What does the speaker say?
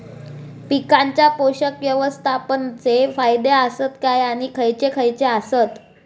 पीकांच्या पोषक व्यवस्थापन चे फायदे आसत काय आणि खैयचे खैयचे आसत?